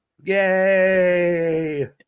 Yay